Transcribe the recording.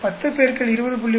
10 X 20